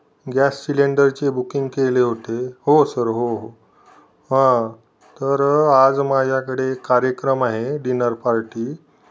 gas सिलेंडरची booking केले होते हो सर हो हो हं तर आज माझ्याकडे कार्यक्रम आहे डिनर पार्टी